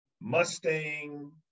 Mustang